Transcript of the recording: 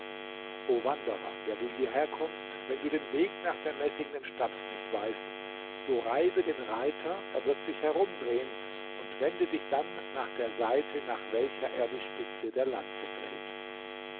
wanderer der du hierherkommst wenn du den weg nach der messingnen stadt nicht weißt so reibe den reiter er wird sich herumdrehen und wende dich dann nach der seite nach welcher er die spitze der lanze dreht